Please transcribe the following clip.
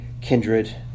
kindred